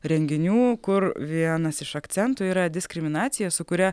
renginių kur vienas iš akcentų yra diskriminacija su kuria